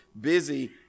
busy